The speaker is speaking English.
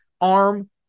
arm